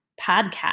podcast